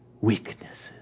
weaknesses